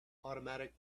automatic